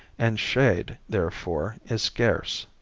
and shade, therefore, is scarce.